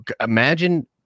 imagine